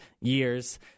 years